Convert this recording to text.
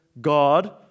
God